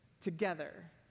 together